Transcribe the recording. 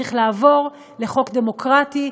צריך לעבור לחוק דמוקרטי,